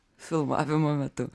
filmavimo metu